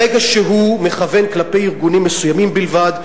ברגע שהוא מכוון כלפי ארגונים מסוימים בלבד,